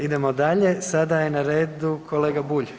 Idemo dalje, sada je na redu kolega Bulj.